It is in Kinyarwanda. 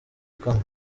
kane